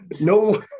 No